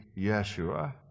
Yeshua